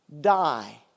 die